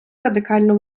радикально